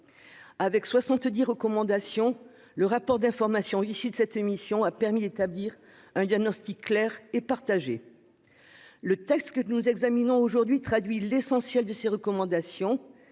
recommandations, le rapport d'information issu de cette mission a permis d'établir un diagnostic clair et partagé. Le texte que nous examinons aujourd'hui traduit l'essentiel de ces recommandations.